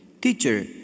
teacher